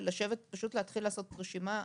ולשבת פשוט להתחיל לעשות רשימה.